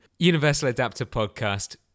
UniversalAdapterPodcast